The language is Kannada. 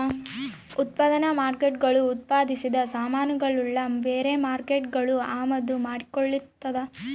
ಉತ್ಪನ್ನ ಮಾರ್ಕೇಟ್ಗುಳು ಉತ್ಪಾದಿಸಿದ ಸಾಮಾನುಗುಳ್ನ ಬೇರೆ ಮಾರ್ಕೇಟ್ಗುಳು ಅಮಾದು ಮಾಡಿಕೊಳ್ತದ